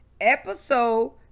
episode